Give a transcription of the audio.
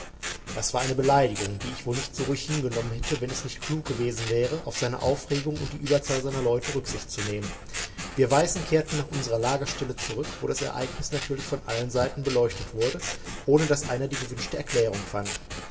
das war eine beleidigung die ich wohl nicht so ruhig hingenommen hätte wenn es nicht klug gewesen wäre auf seine aufregung und die ueberzahl seiner leute rücksicht zu nehmen wir weißen kehrten nach unserer lagerstelle zurück wo das ereignis natürlich von allen seiten beleuchtet wurde ohne daß einer die gewünschte erklärung fand